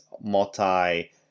multi